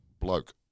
bloke